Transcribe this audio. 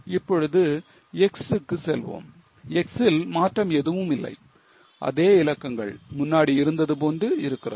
இப்பொழுது X க்கு செல்வோம் X ல் மாற்றம் எதுவுமில்லை அதே இலக்கங்கள் முன்னாடி இருந்தது போன்று இருக்கிறது